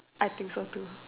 I think so too